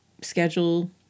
schedule